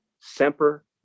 semper